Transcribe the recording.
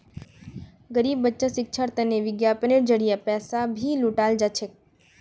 गरीब बच्चार शिक्षार तने विज्ञापनेर जरिये भी पैसा जुटाल जा छेक